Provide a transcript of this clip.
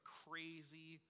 crazy